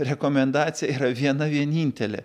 rekomendaciją yra viena vienintelė